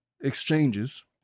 exchanges